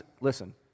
listen